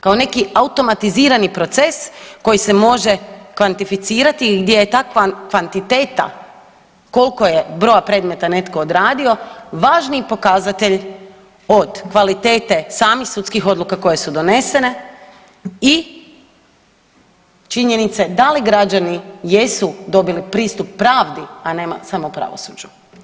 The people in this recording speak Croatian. Kao neki automatizirani proces koji se može kvantificirati i gdje je takva kvantiteta koliko je broja predmeta netko odradio važniji pokazatelj od kvalitete samih sudskih odluka koje su donesene i činjenice da li građani jesu dobili pristup pravdi, a ne samo pravosuđu.